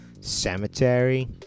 cemetery